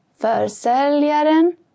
Försäljaren